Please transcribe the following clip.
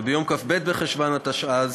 וביום כ"ב בחשוון התשע"ז,